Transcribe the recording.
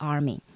Army